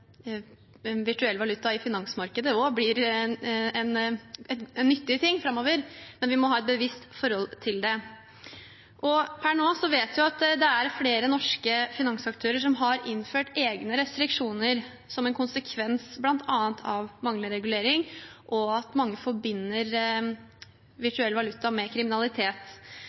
virtuell valuta i finansmarkedet blir en nyttig ting framover, men vi må ha et bevisst forhold til det. Per nå vet vi at det er flere norske finansaktører som har innført egne restriksjoner som en konsekvens bl.a. av manglende regulering, og at mange forbinder virtuell valuta med kriminalitet.